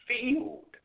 field